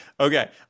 Okay